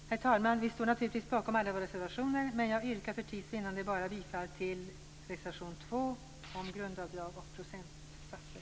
Herr talman! Vi står naturligtvis bakom alla våra reservationer, men jag yrkar för tids vinnande bara bifall till reservation 2 om grundavdrag och procentsatser.